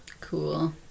Cool